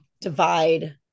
divide